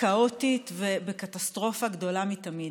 כאוטית ובקטסטרופה גדולה מתמיד.